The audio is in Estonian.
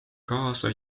kaasa